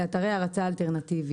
לאתרי הרצה אלטרנטיביים.